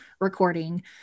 recording